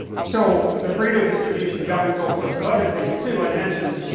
so the pareto distribution governs all sorts of other things too, i mentioned